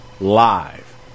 live